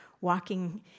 walking